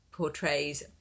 Portrays